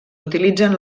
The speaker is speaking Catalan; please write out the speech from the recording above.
utilitzen